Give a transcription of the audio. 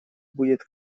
будет